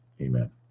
Amen